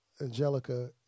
Angelica